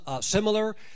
similar